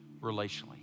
relationally